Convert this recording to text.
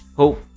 hope